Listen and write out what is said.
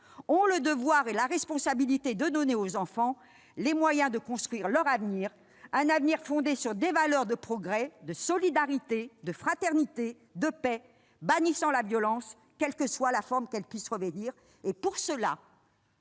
a le devoir et la responsabilité de donner aux enfants les moyens de construire leur avenir, un avenir fondé sur des valeurs de progrès, de solidarité, de fraternité, de paix, bannissant la violence, quelle que soit la forme qu'elle puisse revêtir. Pour cela,